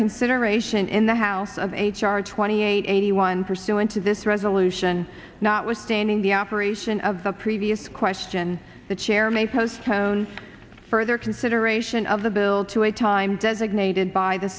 consideration in the house of h r twenty eight eighty one pursuant to this resolution notwithstanding the operation of the previous question the chair may postpone further consideration of the bill to a time designated by the